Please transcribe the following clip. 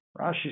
Rashi